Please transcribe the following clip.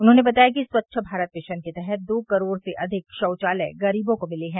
उन्होंने बताया कि स्वच्छ भारत मिशन के तहत दो करोड़ से अधिक शौचालय गरीबों को मिले हैं